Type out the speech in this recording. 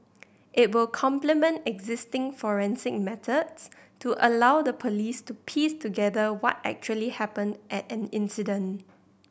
it will complement existing forensic methods to allow the police to piece together what actually happened at an incident